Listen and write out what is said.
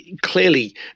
clearly